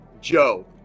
Joe